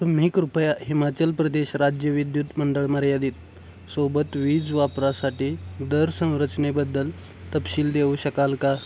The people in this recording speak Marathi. तुम्ही कृपया हिमाचल प्रदेश राज्य विद्युत मंडळ मर्यादित सोबत वीज वापरासाठी दर संरचनेबद्दल तपशील देऊ शकाल का